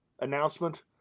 announcement